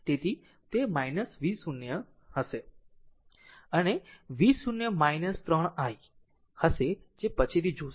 તેથી તે v0 હશે અને v0 3 i હશે જે પછીથી જોશે